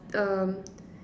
um